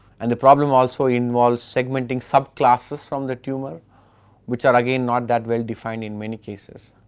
and the problem also involves segmenting subclasses from the tumour which are again not that well-defined in many cases.